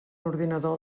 ordinador